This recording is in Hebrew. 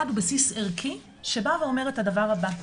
בסיס אחד הוא בסיס ערכי, שבא ואומר את הדבר הבא: